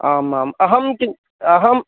आम् आम् अहं चिन्त् अहम्